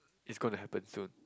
is gonna happen soon